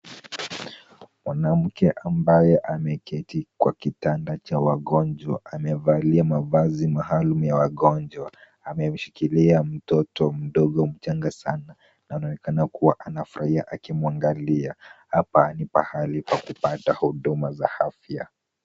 Mwanamke ambaye ameketi kwa kitanda cha wagonjwa amevalia mavazi maalum ya ya wagonjwa. Amemshikilia mtoto mdogo mchanga sana na anaonekana kuwa anafurahi akimwangalia. Hapa ni pahali pa kupata huduma za afya.